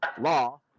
law